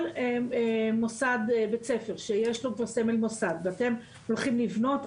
כל מוסד בית ספר שיש לו סמל מוסד ואתם הולכים לבנות,